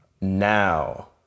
now